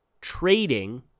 trading